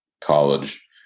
college